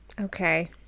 Okay